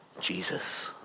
Jesus